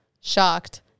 shocked